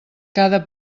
cada